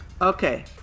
Okay